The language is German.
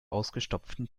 ausgestopften